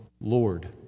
Lord